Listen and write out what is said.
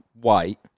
white